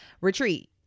Retreat